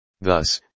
Thus